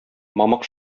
мамык